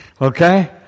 okay